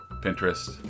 Pinterest